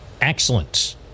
Excellent